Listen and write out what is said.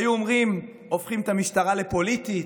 היו אומרים: הופכים את המשטרה לפוליטית,